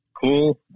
Cool